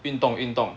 运动运动